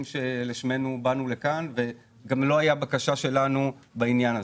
שלשמם באנו לכאן וגם לא הייתה בקשה שלנו בעניין הזה.